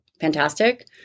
fantastic